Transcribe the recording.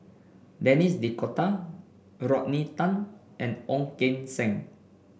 Denis D'Cotta Rodney Tan and Ong Keng Sen